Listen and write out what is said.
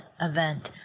event